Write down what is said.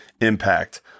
impact